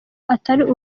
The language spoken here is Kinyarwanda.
atari